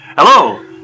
Hello